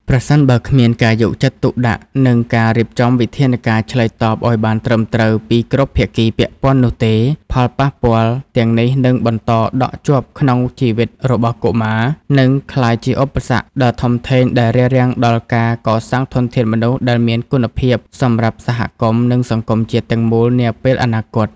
ប្រសិនបើគ្មានការយកចិត្តទុកដាក់ និងការរៀបចំវិធានការឆ្លើយតបឱ្យបានត្រឹមត្រូវពីគ្រប់ភាគីពាក់ព័ន្ធនោះទេ ផលប៉ះពាល់ទាំងនេះនឹងបន្តដក់ជាប់ក្នុងជីវិតរបស់កុមារ និងក្លាយជាឧបសគ្គដ៏ធំធេងដែលរារាំងដល់ការកសាងធនធានមនុស្សដែលមានគុណភាពសម្រាប់សហគមន៍ និងសង្គមជាតិទាំងមូលនាពេលអនាគត។